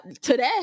today